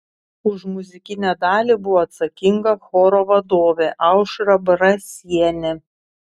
už muzikinę dalį buvo atsakinga choro vadovė aušra brasienė